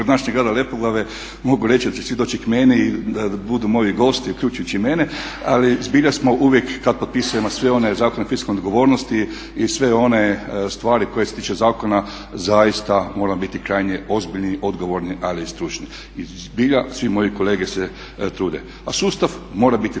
gradonačelnik grada Lepoglave mogu reći da će svi doći k meni da budu moji gosti uključujući i mene. Ali zbilja smo uvijek kad potpisujemo sve one Zakone o fiskalnoj odgovornosti i sve one stvari koje se tiče zakona zaista moramo biti krajnje ozbiljni, odgovorni, ali i stručni. I zbilja svi moji kolege se trude, a sustav mora biti